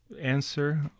answer